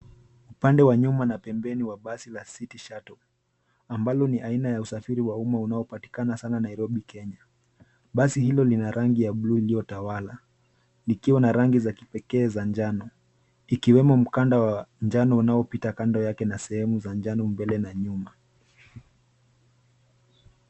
Upande wa nyuma na pembeni wa basi la City Shuttle ambalo ni aina ya usafiri wa umma unaopatikana sana Nairobi, Kenya. Basi hilo lina rangi ya bluu iliyotawala likiwa na rangi za kipekee za njano ikiwemo mkanda wa njano unaopita kando yake na sehemu za njano mbele na nyumba.